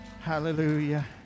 hallelujah